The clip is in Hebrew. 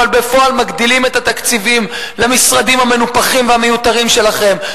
אבל בפועל מגדילים את התקציבים למשרדים המנופחים והמיותרים שלכם.